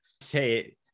say